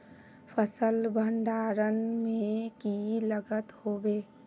फसल भण्डारण में की लगत होबे?